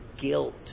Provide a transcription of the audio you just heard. guilt